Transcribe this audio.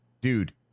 dude